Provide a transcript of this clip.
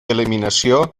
eliminació